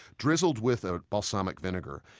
drizzled with a balsamic vinegar.